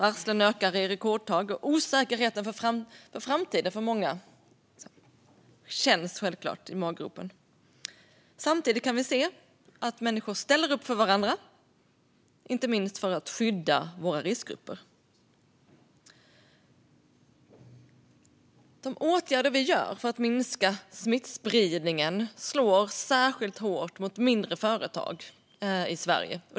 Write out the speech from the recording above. Varslen ökar i rekordtakt, och osäkerheten för framtiden hos många känns självklart i maggropen. Samtidigt ser vi att människor ställer upp för varandra, inte minst för att skydda våra riskgrupper. De åtgärder vi vidtar för att minska smittspridningen slår särskilt hårt mot mindre företag i Sverige.